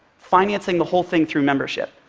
financing the whole thing through membership.